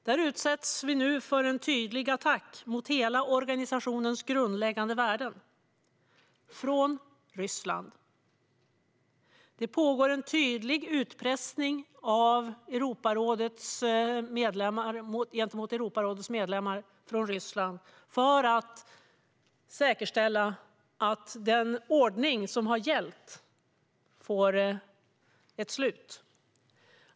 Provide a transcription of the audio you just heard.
Hela denna organisations grundläggande värden utsätts nu för en tydlig attack från Ryssland. Ryssland utsätter Europarådets medlemmar för utpressning för att säkerställa att den ordning som har gällt får ett slut.